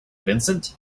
vincent